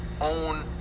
own